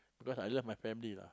because I love my family lah